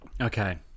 Okay